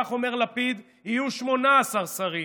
כך אומר לפיד, יהיו 18 שרים.